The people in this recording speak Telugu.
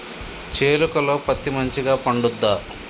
చేలుక లో పత్తి మంచిగా పండుద్దా?